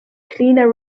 cleaner